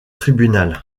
tribunal